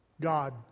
God